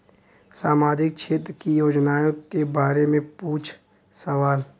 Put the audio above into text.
सामाजिक क्षेत्र की योजनाए के बारे में पूछ सवाल?